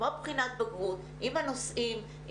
כמו בחינת הבגרות עם הנושאים.